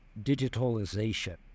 digitalization